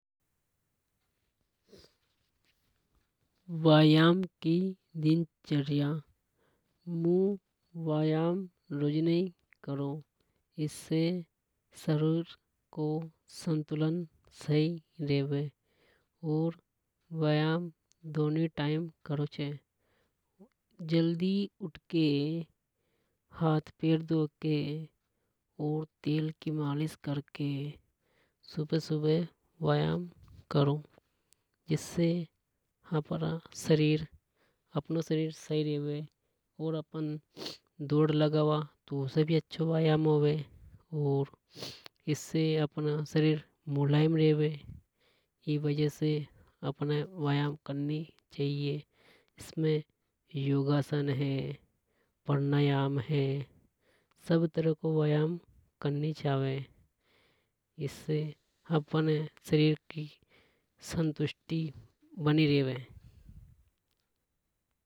वायाम की दिन चर्या मु वायाम रोजिना करू। इससे शरीर को संतुलन सही रेवे। और वायाम दोनों टाइम करो छे। जल्दी उठके हाथ पैर धोके और तेल की मालिश करके। सुबह वायाम करो जिसे हमरो शरीर सही रेवे। अपनो शरीर सही रेवे। और अपन दौड़ लगावा तो उसे भी अच्छों वायाम होवे। और इसे अपना शरीर मुलायम रेवे। ई वजह से अपने वायाम करनी चावे एमे योगासन हे प्राणायाम हे। सब तरह को वायाम करनी चावे इसे अपने शरीर की संतुष्टि बनी रेवे।